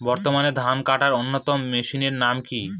বর্তমানে ধান কাটার অন্যতম মেশিনের নাম কি?